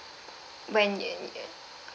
when you